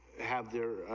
have there,